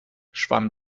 schwamm